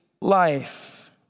life